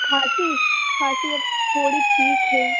کھانسی کھانسی اب تھوڑی ٹھیک ہے